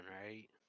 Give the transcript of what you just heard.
right